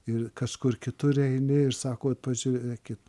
ir kaškur kitur eini ir sako vat pažiūrėkit